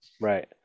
Right